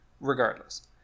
regardless